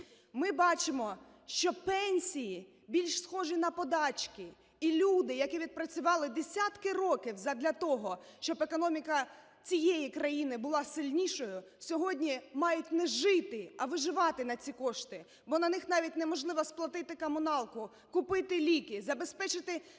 Ми бачимо, що пенсії більш схожі на подачки, і люди, які відпрацювали десятки років задля того, щоб економіка цієї країни була сильнішою, сьогодні мають не жити, а виживати на ці кошти, бо на них навіть неможливо сплатити комуналку, купити ліки, забезпечити